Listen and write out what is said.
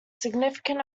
significant